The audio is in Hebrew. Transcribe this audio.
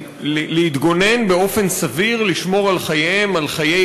להתגונן באופן סביר, לשמור על חייהם, על חיי